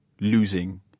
losing